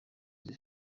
izi